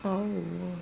oh